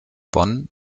bonn